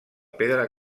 pedra